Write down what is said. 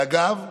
אגב,